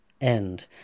end